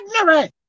ignorant